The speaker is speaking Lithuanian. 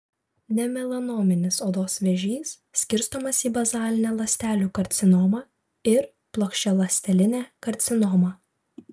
nemelanominis odos vėžys skirstomas į bazalinę ląstelių karcinomą ir plokščialąstelinę karcinomą